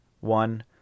one